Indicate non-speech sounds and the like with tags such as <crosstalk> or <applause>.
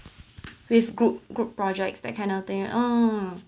<noise> with group group projects that kind of thing oo